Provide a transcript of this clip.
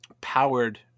powered